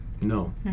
no